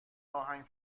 آهنگ